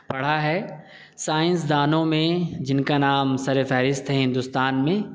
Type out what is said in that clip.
پڑھا ہے سائنس دانوں میں جن کا نام سر فہرست ہے ہندوستان میں